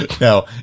Now